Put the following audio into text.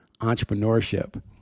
entrepreneurship